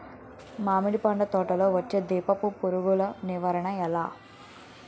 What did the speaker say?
మామిడి తోటలో వచ్చే దీపపు పురుగుల నివారణ ఎలా?